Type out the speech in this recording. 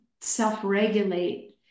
self-regulate